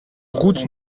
route